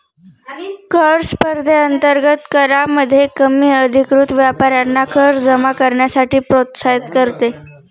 कर स्पर्धेअंतर्गत करामध्ये कमी अधिकृत व्यापाऱ्यांना कर जमा करण्यासाठी प्रोत्साहित करते